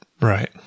Right